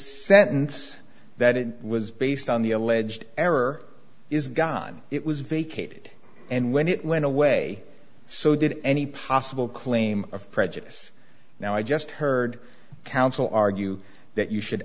sentence that it was based on the alleged error is gone it was vacated and when it went away so did any possible claim of prejudice now i just heard counsel argue that you should